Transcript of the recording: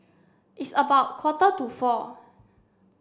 its about quarter to four